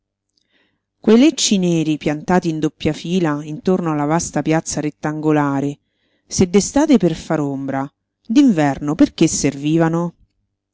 lecci neri piantati in doppia fila intorno alla vasta piazza rettangolare se d'estate per far ombra d'inverno perché servivano